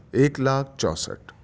ایک لاکھ چونسٹ